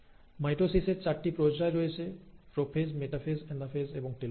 মাইটোসিসের চারটি পর্যায় রয়েছে প্রোফেজ মেটাফেজ অ্যানাফেজ এবং টেলোফেজ